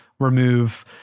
Remove